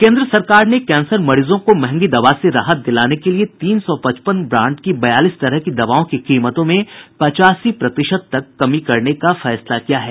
केन्द्र सरकार ने कैंसर मरीजों को महंगी दवा से राहत दिलाने के लिए तीन सौ पचपन ब्रांड की बयालीस तरह की दवाओं की कीमतों में पचासी प्रतिशत तक कमी करने का निर्णय लिया है